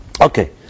Okay